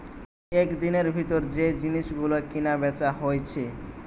একদিনের ভিতর যে জিনিস গুলো কিনা বেচা হইছে